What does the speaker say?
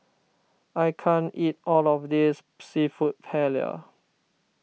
I can't eat all of this Seafood Paella